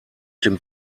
dem